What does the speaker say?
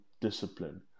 discipline